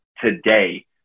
today